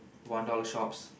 one dollar shops